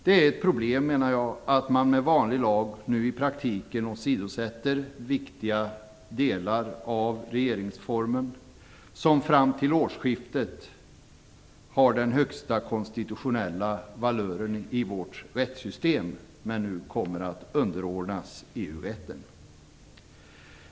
Det är ett problem att man med vanlig lag nu i praktiken åsidosätter viktiga delar av regeringsformen, som fram till årsskiftet har den högsta konstitutionella valören i vårt rättssystem men som nu kommer att underordnas EU-rätten.